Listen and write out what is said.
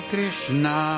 Krishna